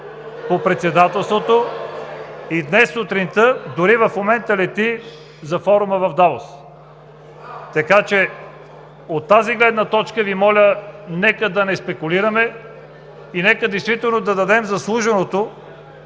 по Председателството и днес сутринта, дори и в момента лети за форума в Давос. Така че от тази гледна точка Ви моля: нека да не спекулираме и нека действително да дадем заслуженото